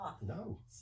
No